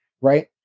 right